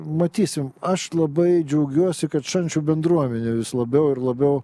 matysim aš labai džiaugiuosi kad šančių bendruomenė vis labiau ir labiau